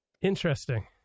Interesting